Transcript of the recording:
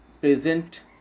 present